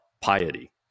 piety